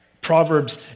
Proverbs